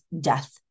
death